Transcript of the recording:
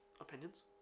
opinions